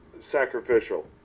sacrificial